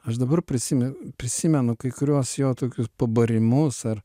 aš dabar prisime prisimenu kai kuriuos jo tokius pabarimus ar